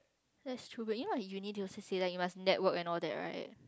that's true but you know the uni they also say that you must network and all that right